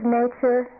nature